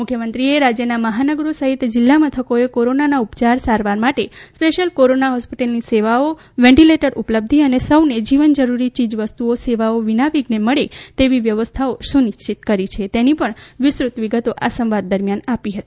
મુખ્યમંત્રીશ્રીએ રાજ્યના મહાનગરો સહિત જિલ્લામથકોએ કોરોનાના ઉપયાર સારવાર માટે સ્પેશ્યલ કોરોના ફોસ્પિટલની સેવાઓ વેન્ટીલેટર ઉપલબ્ધિ અને સૌને જીવનજરૂરી યીજવસ્તુઓ સેવાઓ વિનાવિઘ્ને મળે તેવી વ્યવસ્થાઓ સુનિશ્ચિત કરી છે તેની પણ વિસ્તૃત વિગતો આ સંવાદ દરમ્યાન આપી હતી